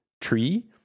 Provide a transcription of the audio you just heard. tree